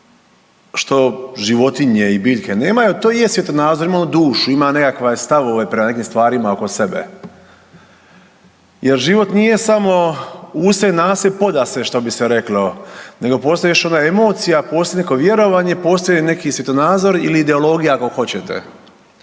što životinje i biljke nemaju, a to je svjetonazor, imamo dušu, ima nekakve stavove prema nekim stvarima oko sebe jer život nije samo u se, na se i poda se što bi se reklo nego postoji još ona emocija, postoji neko vjerovanje, postoji neki svjetonazor ili ideologija ako hoćete